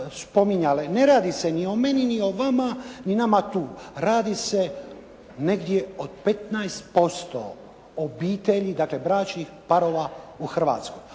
ne radi se ni o meni ni o vama ni nama tu. Radi se negdje o 15% obitelji dakle bračnih parova u Hrvatskoj.